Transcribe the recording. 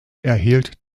erhielt